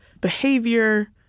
behavior